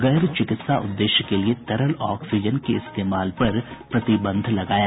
गैर चिकित्सा उद्देश्य के लिये तरल ऑक्सीजन के इस्तेमाल पर प्रतिबंध लगाया